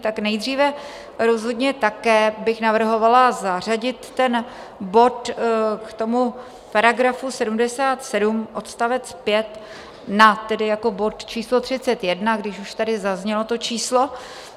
Tak nejdříve rozhodně také bych navrhovala zařadit bod k § 77 odst. 5, tedy jako bod číslo 31, když už tady zaznělo to číslo,